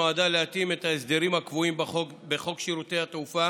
נועדה להתאים את ההסדרים הקבועים בחוק שירותי תעופה